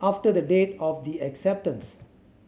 after the date of the acceptance